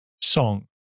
song